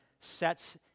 sets